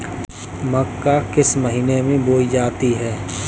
मक्का किस महीने में बोई जाती है?